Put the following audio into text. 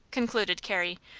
concluded carrie,